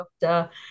doctor